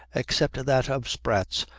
except that of sprats,